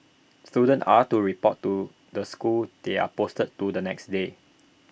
students are to report to the school they are posted to the next day